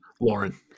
Lauren